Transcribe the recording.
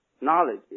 knowledge